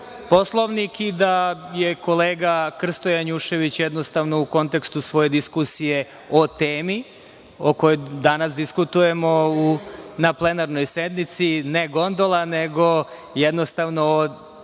Poslovnik i da je kolega Krsto Janjušević jednostavno u kontekstu svoje diskusije o temi o kojoj danas diskutujemo na plenarnoj sednici ne gondola, nego jednostavno, pomno